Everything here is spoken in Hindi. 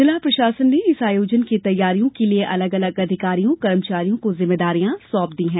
जिला प्रशासन ने इस आयोजन की तैयारियों के लिए अलग अलग अधिकारियों कर्मचारियों को जिम्मेदारियां सौंप दी है